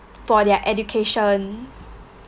for their education